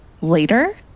later